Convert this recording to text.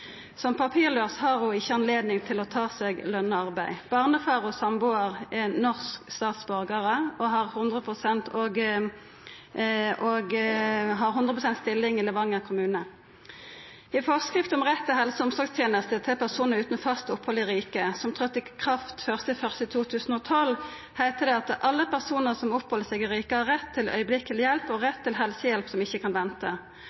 Som papirlaus har ho ikkje anledning til å ta seg løna arbeid. Barnefaren og sambuaren er norsk statsborgar og har 100 pst. stilling i Levanger kommune. I forskrifta om rett til helse- og omsorgstenester til personar utan fast opphald i riket, som trådde i kraft 1. januar 2012, heiter det at «alle personer som oppholder seg i riket, har rett til øyeblikkelig hjelp» og til «helsehjelp som ikke bør vente».